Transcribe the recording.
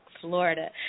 Florida